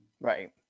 Right